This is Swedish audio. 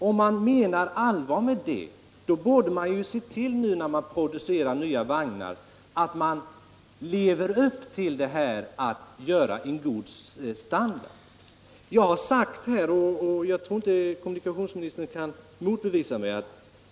Om man menar allvar med det borde man nu leva upp till detta och se till att ge vagnarna en god standard när man producerar nya motorvagnar.